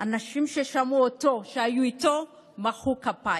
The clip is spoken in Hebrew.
אנשים ששמעו אותו, שהיו איתו, מחאו כפיים.